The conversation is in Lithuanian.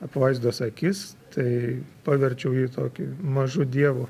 apvaizdos akis tai paverčiau jį tokiu mažu dievu